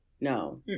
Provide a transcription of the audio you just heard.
No